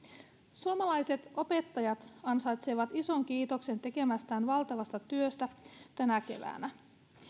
suomalaiset opettajat ansaitsevat ison kiitoksen tekemästään valtavasta työstä tänä keväänä